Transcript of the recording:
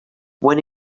when